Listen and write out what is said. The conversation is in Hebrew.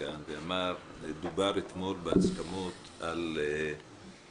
כאן לגבי מה דובר אתמול בהסכמות על חוק